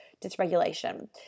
dysregulation